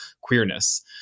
queerness